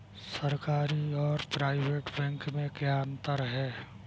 सरकारी और private bank में क्या अंतर है?